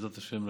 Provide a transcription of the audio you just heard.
בעזרת השם,